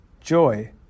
joy